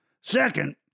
Second